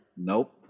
Nope